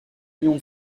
million